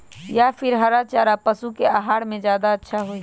या फिर हरा चारा पशु के आहार में ज्यादा अच्छा होई?